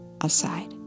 aside